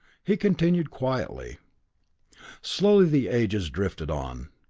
he continued quietly slowly the ages drifted on,